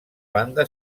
banda